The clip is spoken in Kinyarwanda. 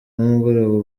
nimugoroba